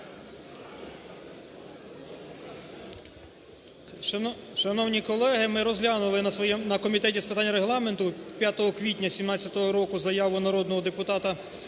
Шановні колеги, ми розглянули на Комітет з питань регламенту 5 квітня 2017 року заяву народного депутата